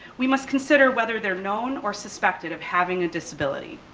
we must consider whether they're known or suspected of having a disability.